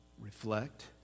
Reflect